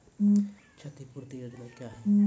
क्षतिपूरती योजना क्या हैं?